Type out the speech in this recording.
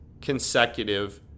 consecutive